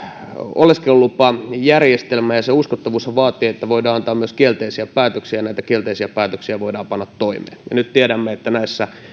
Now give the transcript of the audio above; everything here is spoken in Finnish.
oleskelulupajärjestelmä ja sen uskottavuushan vaativat että voidaan antaa myös kielteisiä päätöksiä ja näitä kielteisiä päätöksiä voidaan panna toimeen nyt tiedämme että näissä